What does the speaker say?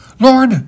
Lord